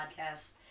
Podcast